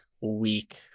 week